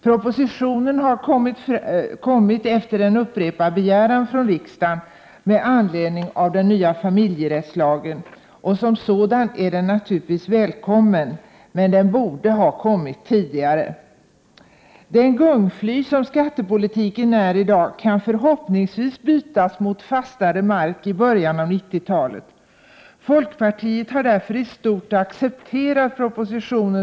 Propositionen i ärendet har framlagts efter en upprepad begäran från riksdagen med anledning av den nya familjerättslagen, och den är naturligtvis välkommen, men den borde ha kommit tidigare. 25 Prot. 1988/89:124 Det gungfly som skattepolitiken är i dag kan förhoppningsvis bli fastare 30 maj 1989 mark i början på 90-talet. Folkpartiet har därför i stort accepterat propositio Am rm KR.